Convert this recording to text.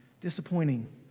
disappointing